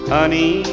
Honey